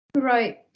Right